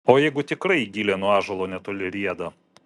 o jeigu tikrai gilė nuo ąžuolo netoli rieda